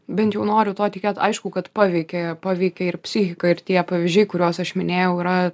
bent jau noriu tuo tikėt aišku kad paveikė paveikė ir psichiką ir tie pavyzdžiai kuriuos aš minėjau yra